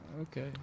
Okay